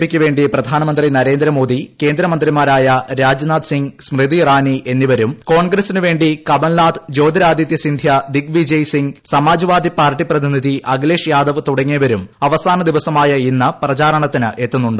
P യ്ക്കുവേണ്ടി പ്രധാനമന്ത്രി നരേന്ദ്രമോദി കേന്ദ്ര മന്ത്രിമാരായ രാജ്നാഥ്സിംഗ് സ്മൃതി ഇറാനി എന്നിവരും കോൺഗ്രസിനുവേണ്ടി കമൽനാഥ് ജ്യോതിരാദിത്യ സിന്ധ്യ ദിഗ്വിജയ് സിംഗ് സമാജ്വാദി പാർട്ടി പ്രതിനിധി അഖിലേഷ് യാദവ് തുടങ്ങിയവർ അവസാന ദിവസമായ ഇന്ന് പ്രചാരണത്തിനെത്തുന്നുണ്ട്